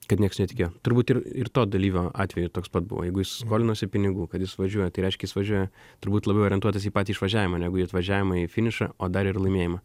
kad nieks netikėjo turbūt ir ir to dalyvio atveju toks pat buvo jeigu jis skolinosi pinigų kad jis važiuoja tai reiškia jis važiuoja turbūt labiau orientuotas į patį išvažiavimą negu į atvažiavimą į finišą o dar ir laimėjimą